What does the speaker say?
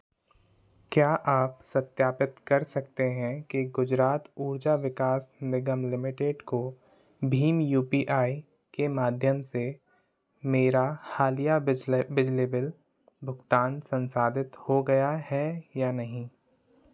क्या आप सत्यापित कर सकते हैं कि गुजरात ऊर्जा विकास निगम लिमिटेड को भीम यू पी आई के माध्यम से मेरा हालिया बिजली बिजली बिल भुगतान संसाधित हो गया है या नहीं